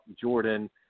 Jordan